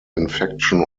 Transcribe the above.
infection